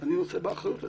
אני נושא באחריות לזה,